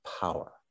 power